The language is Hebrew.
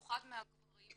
ומה אחוזי המשרות?